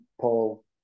Paul